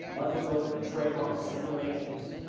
aren't those both trademarks and domain names?